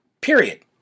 Period